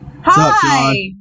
Hi